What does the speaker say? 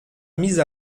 mise